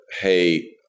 hey